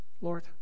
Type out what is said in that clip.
Lord